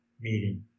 meeting